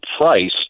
price